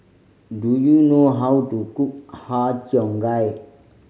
do you know how to cook Har Cheong Gai